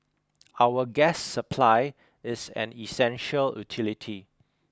our gas supply is an essential utility